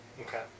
Okay